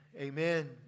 Amen